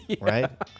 right